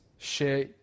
Share